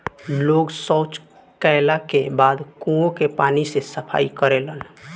लोग सॉच कैला के बाद कुओं के पानी से सफाई करेलन